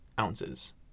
ounces